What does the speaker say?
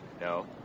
No